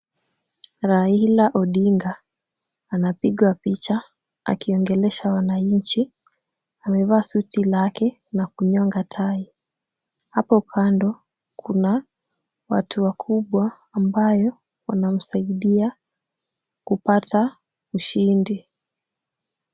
Raila Odinga anapigwa picha akiongelesha wananchi. Amevaa suti lake na kunyonga tai. Hapo kando kuna watu wakubwa ambayo wanamsaidia kupata ushindi.